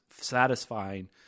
satisfying